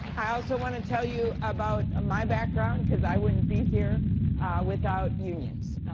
i also want to tell you about my background, because i wouldn't be here without unions.